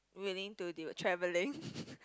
willing to devote travelling